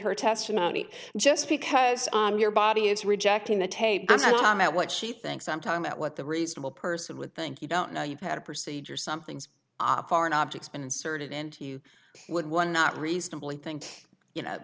her testimony just because your body is rejecting the tape and on what she thinks sometime at what the reasonable person would think you don't know you've had a procedure something's foreign objects been inserted into you would one not reasonably think you know